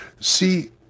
see